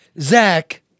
Zach